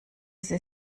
sie